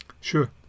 Sure